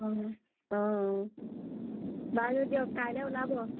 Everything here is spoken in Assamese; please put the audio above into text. অঁ অঁ বাৰু দিয়ক কাইলৈ ওলাব